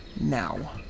now